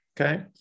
Okay